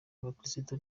abakirisitu